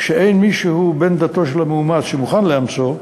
כשאין מי שהוא בן-דתו של המאומץ שמוכן לאמצו,